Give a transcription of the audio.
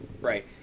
Right